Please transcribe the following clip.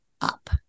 up